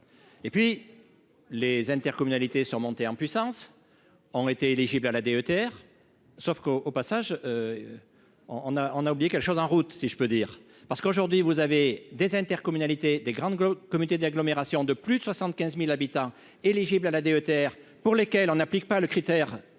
et puis les intercommunalités sur monter en puissance ont été éligibles à la DETR, sauf qu'au au passage on on a, on a oublié quelque chose en route, si je peux dire, parce qu'aujourd'hui vous avez des intercommunalités des grandes comité d'agglomération de plus de 75000 habitants éligibles à la DETR pour lesquels on n'applique pas le critère